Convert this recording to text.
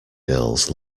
girls